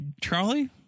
Charlie